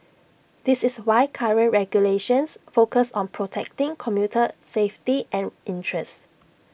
this is why current regulations focus on protecting commuter safety and interests